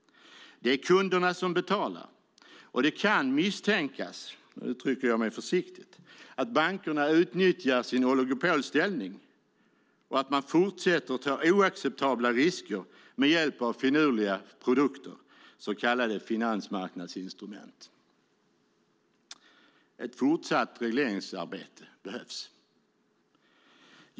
Det är kunderna som betalar. Det kan misstänkas - jag uttrycker mig försiktigt - att bankerna utnyttjar sin oligopolställning och att de fortsätter att ta oacceptabla risker med hjälp av finurliga produkter, så kallade finansmarknadsinstrument. Det behövs ett regleringsarbete även i fortsättningen.